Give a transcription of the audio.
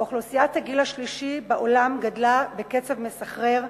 אוכלוסיית הגיל השלישי בעולם גדלה בקצב מסחרר,